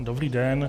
Dobrý den.